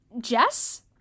Jess-